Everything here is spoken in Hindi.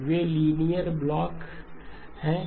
वे 2 लीनियर ब्लॉक हैं